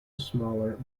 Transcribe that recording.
smaller